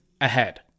ahead